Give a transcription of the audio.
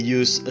use